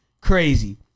Crazy